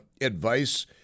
advice